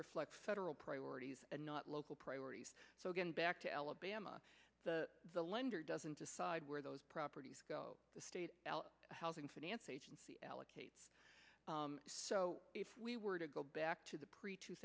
reflects federal priorities not local priorities so going back to alabama the lender doesn't decide where those properties go the state housing finance agency allocates so if we were to go back to the pre two